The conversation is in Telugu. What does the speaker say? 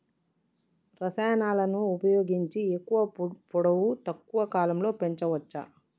రసాయనాలను ఉపయోగించి ఎక్కువ పొడవు తక్కువ కాలంలో పెంచవచ్చా?